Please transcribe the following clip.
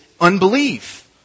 unbelief